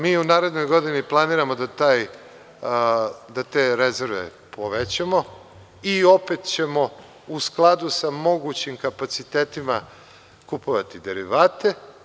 Mi u narednoj godini planiramo da te rezerve povećamo i opet ćemo u skladu sa mogućim kapacitetima kupovati derivate.